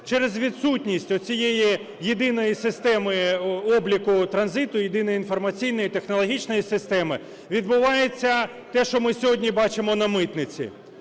Через відсутність оцієї єдиної системи обліку транзиту, єдиної інформаційної, технологічної системи відбувається те, що ми сьогодні бачимо на митниці.